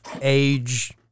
age